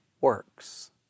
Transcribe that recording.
works